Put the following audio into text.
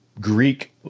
Greek